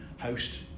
host